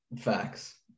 facts